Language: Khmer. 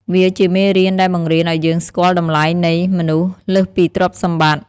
វាជាមេរៀនដែលបង្រៀនឱ្យយើងស្គាល់តម្លៃនៃ «មនុស្ស» លើសពីទ្រព្យសម្បត្តិ។